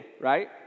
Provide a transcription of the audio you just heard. right